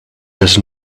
does